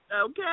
Okay